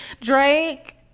Drake